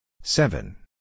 Seven